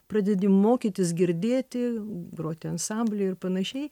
pradedi mokytis girdėti groti ansamblyje ir panašiai